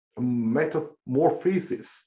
metamorphosis